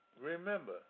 Remember